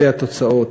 ואלה התוצאות,